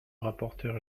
rapporteur